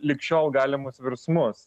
lig šiol galimus virsmus